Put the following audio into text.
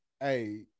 Hey